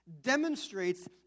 demonstrates